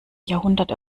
jahrhundert